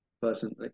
personally